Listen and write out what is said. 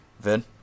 Vin